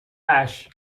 ash